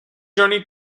journey